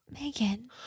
Megan